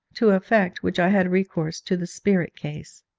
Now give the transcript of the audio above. to effect which i had recourse to the spirit-case.